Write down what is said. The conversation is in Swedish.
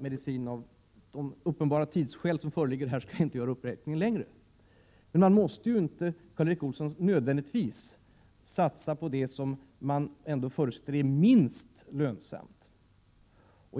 medicin osv. — av de uppenbara tidsskäl som föreligger skall jag inte göra uppräkningen längre. Man måste inte nödvändigtvis, Karl Erik Olsson, satsa på det som man förutsätter är minst lönsamt.